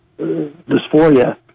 dysphoria